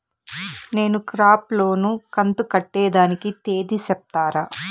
నేను crop loan కంతు కట్టేదానికి తేది సెప్తారా?